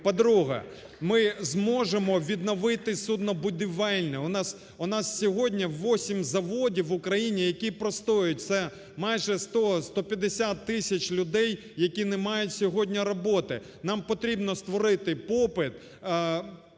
По-друге, ми зможемо відновити суднобудівельне, у нас сьогодні вісім заводів в Україні, які простоюють, це майже 100-150 тисяч людей, які не мають сьогодні роботи. Нам потрібно створити попит